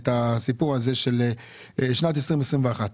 את הסיפור הזה של שנת 2021,